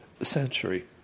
century